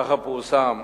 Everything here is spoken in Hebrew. כך פורסם,